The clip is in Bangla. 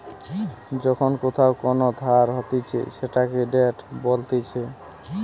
যখন কোথাও কোন ধার হতিছে সেটাকে ডেট বলতিছে